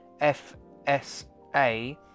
FSA